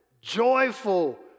joyful